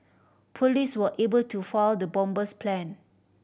police were able to foil the bomber's plan